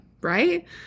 right